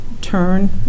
turn